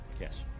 yes